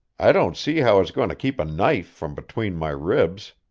i don't see how it's going to keep a knife from between my ribs,